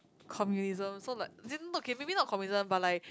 communism so like as in okay maybe not communism but like